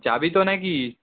যাবি তো না কি